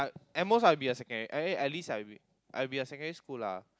at most I'll be a secon~ eh at least I'll be a secondary school lah